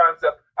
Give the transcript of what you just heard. concept